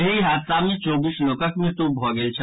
एहि हादसा मे चौबीस लोकक मृत्यु भऽ गेल छल